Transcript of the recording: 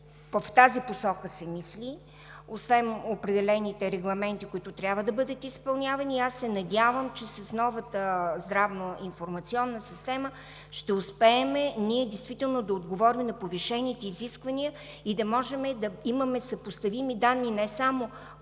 в тази посока се мисли. Освен определените регламенти, които трябва да бъдат изпълнявани, аз се надявам, че с новата здравна информационна система ще успеем да отговорим на повишените изисквания и да можем да имаме съпоставими данни – не само